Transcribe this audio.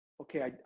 okay